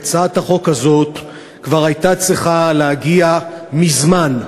הצעת החוק הזאת כבר הייתה צריכה להגיע מזמן.